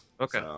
Okay